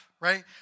Right